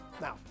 Now